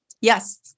Yes